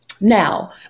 now